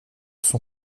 son